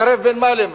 לקרב בין מה למה?